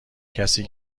کسی